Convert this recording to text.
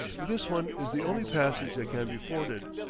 but this one is the only passage that can be forded.